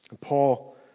Paul